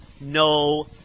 no